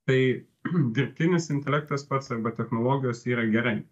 tai dirbtinis intelektas pats arba technologijos yra gerai